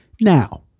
Now